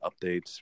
updates